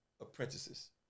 apprentices